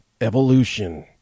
Evolution